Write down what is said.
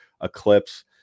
eclipse